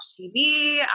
TV